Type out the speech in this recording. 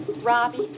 Robbie